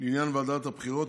לעניין ועדת הבחירות),